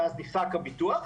שאז נפסק הביטוח,